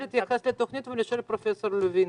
אני רוצה להתייחס לתוכנית ולשאול את פרופ' לוין.